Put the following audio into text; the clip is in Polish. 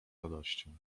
radością